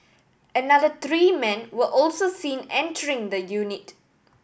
another three men were also seen entering the unit